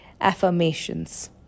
affirmations